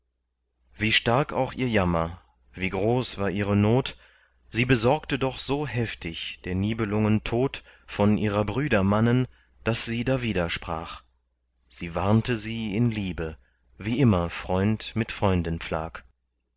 wie stark auch ihr jammer wie groß war ihre not sie besorgte doch so heftig der nibelungen tod von ihrer brüder mannen daß sie dawider sprach sie warnte sie in liebe wie immer freund mit freunden pflag